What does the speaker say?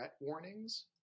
warnings –